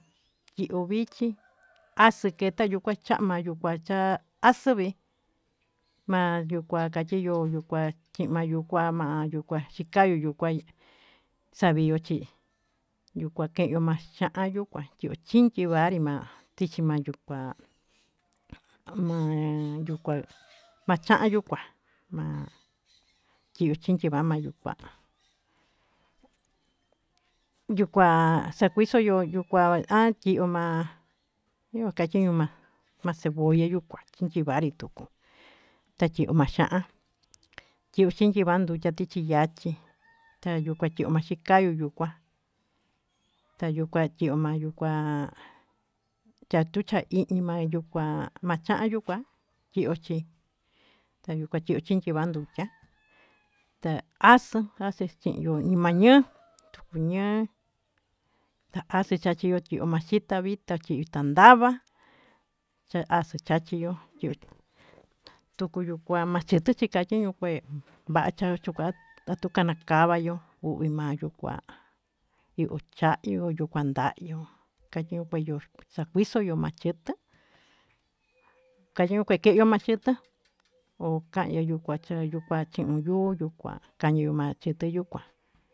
Tyiyo vichi as+ keta yukua cha'a ma yuku cha as+ vi ma yukua katyiyo yukua chi'i yukua ma xikayu yukua saviyo chi kua ke'yo chintyivari tyiyo t+chi ma yukua ma yukua ma yukua ma cha'an yukua tyiyo chintyiva ma yukua yukua sakuisoyo yukua tyiyo ma yoka katyiñu ma cebolla yukua chintyivari tuku ta tyiyo ma xa'an tyiyo chintyiva ndutya tichi yachi tyiyo ma xikayu yukua ta yukua tyiyo ma yukua ta to cha iñi ma yukua ma cha'an yukua tyiyo chi ta tyiyo chintyiva ndutya ta as+ ta tyiyo ma ñ++ ñ++ as+ chachiyo chi'i ma xita vita chii xita ndava as+ chachiyo tuku yukua ma chit+chi katyiñu kue va'a chacho kua atu kanakavayo u'vi ma yukua cha'yo yukua nda'yo katyiñu kue sakuisoyo ma ch+t+ katyiñu kue ke'yo ma ch+t+ o kanyayo chi'i +n yuu kañiyo ma ch+t+ yukua.